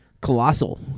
colossal